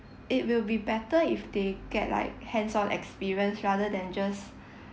it will be better if they get like hands on experience rather than just